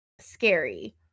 scary